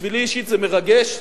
בשבילי אישית זה מרגש,